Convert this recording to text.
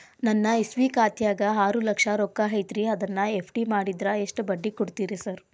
ನನ್ನ ಎಸ್.ಬಿ ಖಾತ್ಯಾಗ ಆರು ಲಕ್ಷ ರೊಕ್ಕ ಐತ್ರಿ ಅದನ್ನ ಎಫ್.ಡಿ ಮಾಡಿದ್ರ ಎಷ್ಟ ಬಡ್ಡಿ ಕೊಡ್ತೇರಿ ಸರ್?